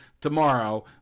tomorrow